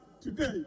today